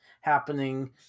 happening